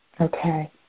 Okay